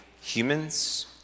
humans